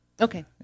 Okay